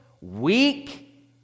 weak